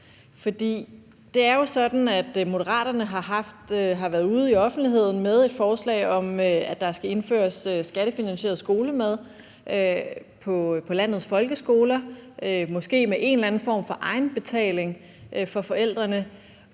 Det er jo sådan, at Moderaterne har været ude i offentligheden med et forslag om, at der skal indføres skattefinansieret skolemad på landets folkeskoler, måske med en eller anden form for egenbetaling for forældrene.